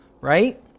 right